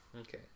Okay